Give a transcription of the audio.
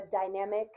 dynamic